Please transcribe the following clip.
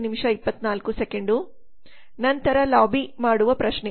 ನಂತರ ಲಾಬಿಮಾಡುವ ಪ್ರಶ್ನೆ